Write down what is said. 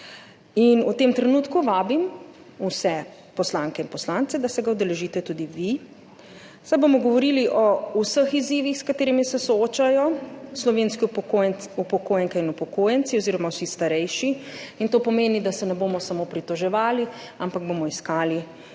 V tem trenutku vabim vse poslanke in poslance, da se ga udeležite tudi vi, saj bomo govorili o vseh izzivih, s katerimi se soočajo slovenski upokojenke in upokojenci oziroma vsi starejši. To pomeni, da se ne bomo samo pritoževali, ampak bomo iskali